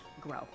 Grow